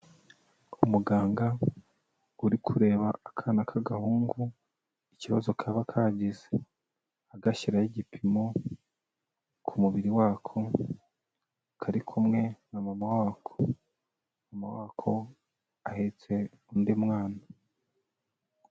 Umuganga uri kureba akana k'agahungu ikibazo kaba kagize, agashyiraho igipimo ku mubiri wako, kari kumwe na mama wako, mama wako ahetse undi mwana.